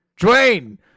Dwayne